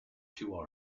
two